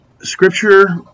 scripture